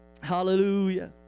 Hallelujah